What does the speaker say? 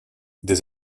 des